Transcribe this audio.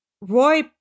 roy